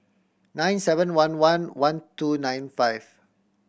nine seven one one one two nine five